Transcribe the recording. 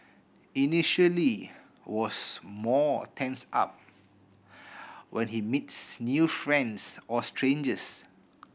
initially was more tense up when he meets new friends or strangers